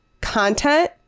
content